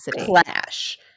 clash